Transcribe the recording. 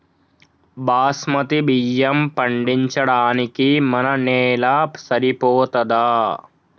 బాస్మతి బియ్యం పండించడానికి మన నేల సరిపోతదా?